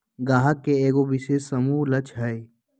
गाहक के एगो विशेष समूह लक्ष हई